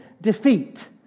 defeat